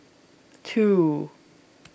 two